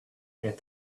and